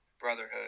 brotherhood